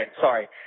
sorry